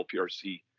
LPRC